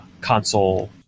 console